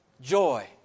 joy